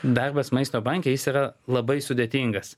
darbas maisto banke jis yra labai sudėtingas